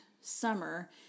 summer